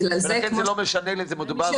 -- ולכן לא משנה לי אם מדובר על ----- ובגלל זה,